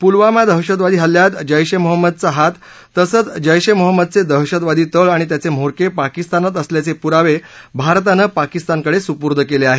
पुलवामा दहशतवादी हल्ल्यात जैश ए मोहम्मदचा हात तसंच जैश ए मोहम्मदचे दहशतवादी तळ आणि त्याचे म्होरके पाकिस्तानात असल्याचं पुरावे भारतानं पाकिस्तानकडे सुपूर्द केले आहेत